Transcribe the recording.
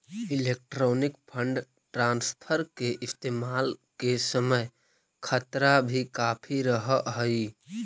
electronic fund transfer के इस्तेमाल के समय खतरा भी काफी रहअ हई